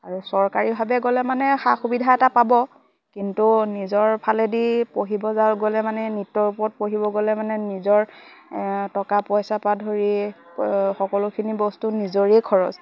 আৰু চৰকাৰীভাৱে গ'লে মানে সা সুবিধা এটা পাব কিন্তু নিজৰ ফালেদি পঢ়িব যা গ'লে মানে নৃত্যৰ ওপৰত পঢ়িব গ'লে মানে নিজৰ টকা পইচা পা ধৰি সকলোখিনি বস্তু নিজৰেই খৰচ